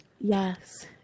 Yes